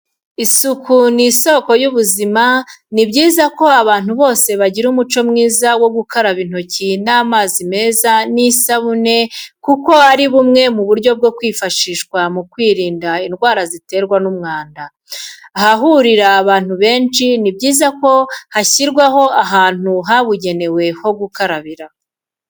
Isuku ni isoko y'ubuzima ni byiza ko abantu bose bagira umuco mwiza wo gukaraba intoki n'amazi meza n'isabuni kuko ari bumwe mu buryo bwifashishwa mu kwirinda indwara ziterwa n'umwanda, ahahurira abantu benshi ni byiza ko hashyirwaho ahantu habugenewe ho gukarabira.